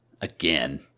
Again